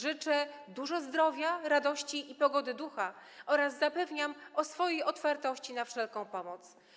Życzę dużo zdrowia, radości i pogody ducha oraz zapewniam o swojej otwartości na wszelką pomoc.